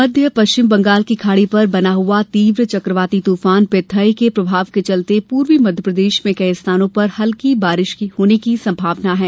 मध्य पश्चिम बंगाल की खाड़ी पर बना हुआ तीव्र चक्रवाती तूफान पेत्थाई के प्रभाव के चलते पूर्वी मध्यप्रदेश में कई स्थानों पर हल्की बारिश होने की संभावना है